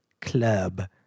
club